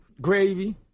gravy